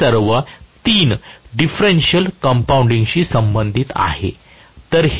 हे सर्व 3 डिफरेंशियल कंपाऊंडिंगशी संबंधित आहेत